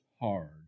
hard